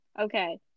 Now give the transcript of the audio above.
okay